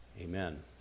Amen